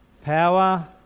Power